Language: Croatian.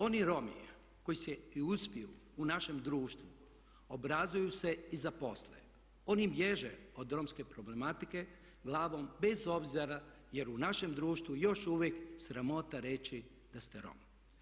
Oni Romi koji se i uspiju u našem društvu obrazuju se i zaposle, oni bježe od romske problematike glavom bez obzira jer u našem društvu još uvijek sramota reći da ste Rom.